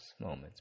moments